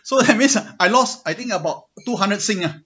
so that means ah I lost I think about two hundred sing ah